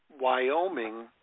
wyoming